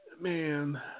man